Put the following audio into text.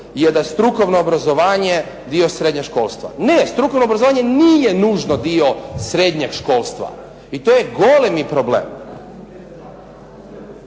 je da je strukovno obrazovanje dio srednjeg školstva. Ne, strukovno obrazovanje nije nužno dio srednjeg školstva i to je golemi problem.